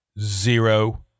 Zero